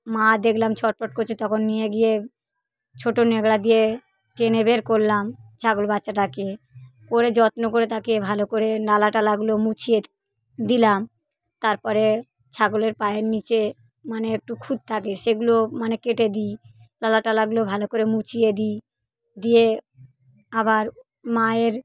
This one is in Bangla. মা দেখলাম ছটপট করছে তখন নিয়ে গিয়ে ছোটো ন্যাকড়া দিয়ে টেনে বের করলাম ছাগল বাচ্চাটাকে করে যত্ন করে তাকে ভালো করে নালা টালাগুলো মুছিয়ে দিলাম তারপরে ছাগলের পায়ের নিচে মানে একটু খুদ থাকে সেগুলো মানে কেটে দিই লালা টালাগুলো ভালো করে মুছিয়ে দিই দিয়ে আবার মায়ের